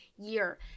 year